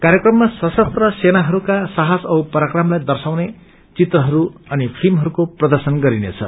कार्यक्रममा सशस्त्र सेनाहरूका साहस औ पराक्रमलाई दर्शाउने चित्रहरू अनि फिल्महरूको प्रर्दशन गरिनेछ